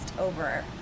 over